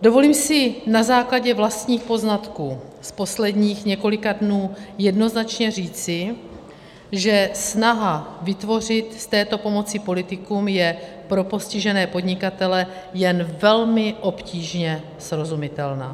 Dovolím si na základě vlastních poznatků z posledních několika dnů jednoznačně říci, že snaha vytvořit z této pomoci politikum je pro postižené podnikatele jen velmi obtížně srozumitelná.